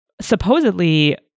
supposedly